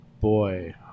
boy